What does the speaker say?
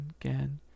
again